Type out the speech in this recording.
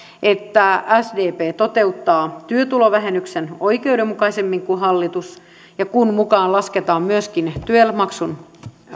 että sdp toteuttaa työtulovähennyksen oikeudenmukaisemmin kuin hallitus ja kun mukaan lasketaan myöskin tyel maksun